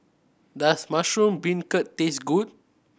does mushroom beancurd taste good